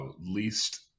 least –